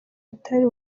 atari